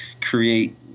create